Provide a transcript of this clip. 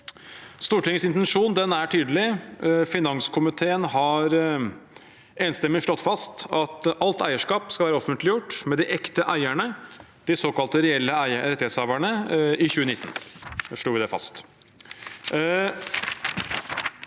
Stortingets intensjon er tydelig. Finanskomiteen har enstemmig slått fast at alt eierskap skal være offentliggjort med de ekte eierne, de såkalte reelle rettighetshaverne. I 2019 slo vi det fast.